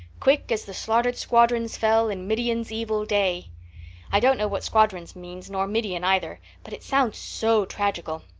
quick as the slaughtered squadrons fell in midian's evil day i don't know what squadrons means nor midian, either, but it sounds so tragical.